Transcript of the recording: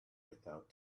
without